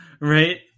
Right